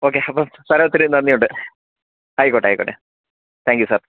okay അപ്പം സാറേ ഒത്തിരി നന്ദി ഉണ്ട് ആയിക്കോട്ടെ ആയിക്കോട്ടെ താങ്ക്യൂ സാർ